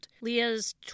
Leah's